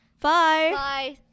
Bye